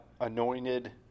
anointed